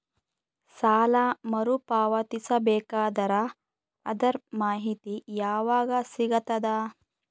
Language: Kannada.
ಸಾಲ ಮರು ಪಾವತಿಸಬೇಕಾದರ ಅದರ್ ಮಾಹಿತಿ ಯವಾಗ ಸಿಗತದ?